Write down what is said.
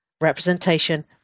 Representation